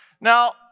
Now